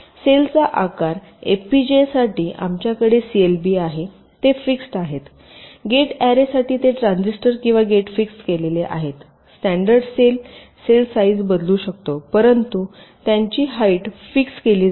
सेलचा आकारः एफपीजीए साठी आमच्याकडे सीएलबी आहेत ते फिक्स्ड केले आहेत गेट अॅरे साठी ते ट्रान्झिस्टर किंवा गेट फिक्स्ड केलेले आहेत स्टॅंडर्ड सेल सेल साईज बदलू शकतो परंतु त्यांची हाईट फिक्स्ड केली जाते